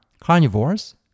carnivores